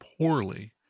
poorly